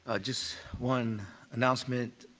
ah just one announcement.